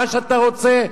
מה שאתה רוצה.